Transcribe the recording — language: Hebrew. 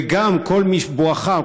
וגם בואכה,